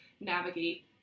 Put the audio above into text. navigate